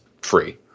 free